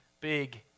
big